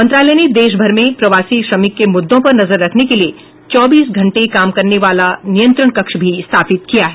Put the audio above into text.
मंत्रालय ने देशभर में प्रवासी श्रमिक के मुद्दों पर नजर रखने के लिए चौबीस घंटे काम करने वाला नियंत्रण कक्ष भी स्थापित किया है